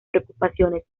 preocupaciones